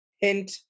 Hint